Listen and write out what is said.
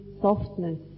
softness